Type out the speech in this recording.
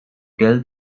tell